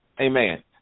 amen